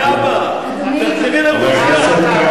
זהבה, תחזרי לרוסיה.